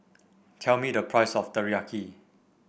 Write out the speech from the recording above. tell me the price of Teriyaki